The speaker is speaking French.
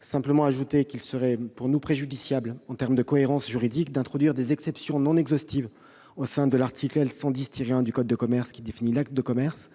rapporteur, j'ajoute qu'il serait pour nous préjudiciable en termes de cohérence juridique d'introduire des exceptions non exhaustives au sein de l'article L. 110-1 du code de commerce qui définit l'acte de commerce.